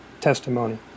testimony